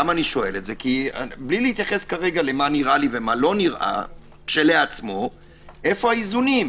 כי בלי להתייחס למה נראה לי ומה לא איפה האיזונים?